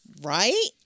Right